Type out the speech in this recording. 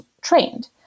trained